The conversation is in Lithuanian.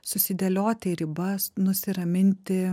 susidėlioti ribas nusiraminti